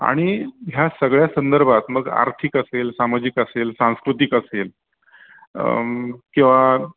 आणि ह्या सगळ्या संदर्भात मग आर्थिक असेल सामाजिक असेल सांस्कृतिक असेल किंवा